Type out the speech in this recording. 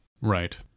Right